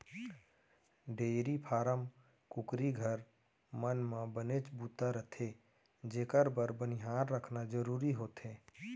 dairy farm, कुकरी घर, मन म बनेच बूता रथे जेकर बर बनिहार रखना जरूरी होथे